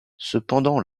cependant